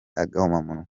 agahomamunwa